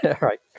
right